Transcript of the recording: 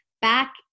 back